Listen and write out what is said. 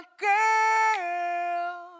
girl